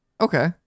Okay